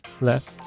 left